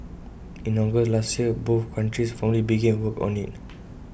in August last year both countries formally began work on IT